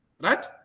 right